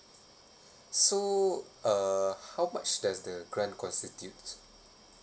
so uh how much does the grant constitute